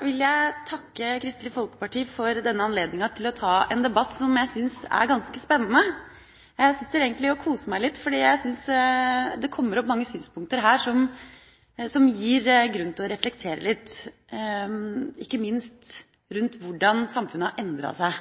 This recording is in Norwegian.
vil jeg takke Kristelig Folkeparti for denne anledninga til å ta en debatt som jeg syns er ganske spennende. Jeg sitter egentlig og koser meg litt, fordi jeg syns det kommer opp mange synspunkter her som gir grunn til å reflektere litt, ikke minst rundt hvordan samfunnet har endret seg